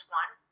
one